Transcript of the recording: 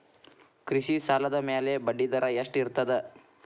ಕೃಷಿ ಸಾಲದ ಮ್ಯಾಲೆ ಬಡ್ಡಿದರಾ ಎಷ್ಟ ಇರ್ತದ?